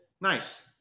Nice